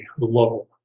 low